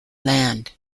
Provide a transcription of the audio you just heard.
land